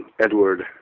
Edward